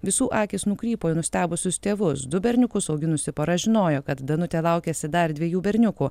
visų akys nukrypo į nustebusius tėvus du berniukus auginusi pora žinojo kad danutė laukiasi dar dviejų berniukų